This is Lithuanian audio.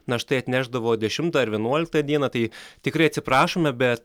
na štai atnešdavo dešimtą ar vienuoliktą dieną tai tikrai atsiprašome be